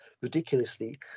ridiculously